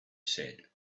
said